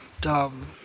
dumb